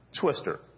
Twister